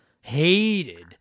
Hated